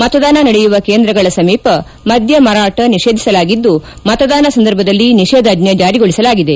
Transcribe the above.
ಮತದಾನ ನಡೆಯುವ ಕೇಂದ್ರಗಳ ಸಮೀಪ ಮದ್ದ ಮಾರಾಟ ನಿಷೇಧಿಸಲಾಗಿದ್ದು ಮತದಾನ ಸಂದರ್ಭದಲ್ಲಿ ನಿಷೇಧಾಜ್ವೆ ಜಾರಿಗೊಳಿಸಲಾಗಿದೆ